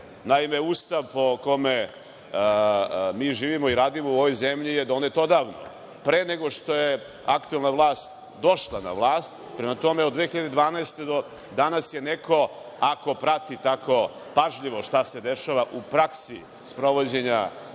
Ustav po kome mi živimo i radimo u ovoj zemlji je donet odavno, pre nego što je aktuelna vlast došla na vlast. Prema tome, od 2012. godine, do danas je neko, ako prati tako pažljivo šta se dešava u praksi sprovođenja